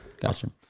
Gotcha